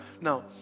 now